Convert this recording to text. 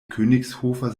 königshofer